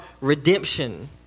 redemption